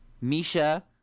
Misha